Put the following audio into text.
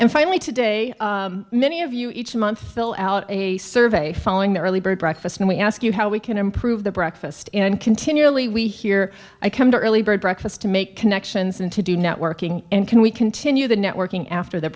and finally today many of you each month fill out a survey following the early bird breakfast and we ask you how we can improve the breakfast and continually we here i come to early bird breakfast to make connections and to do networking and can we continue the networking after th